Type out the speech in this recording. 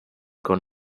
con